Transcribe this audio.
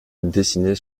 décines